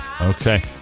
Okay